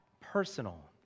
personal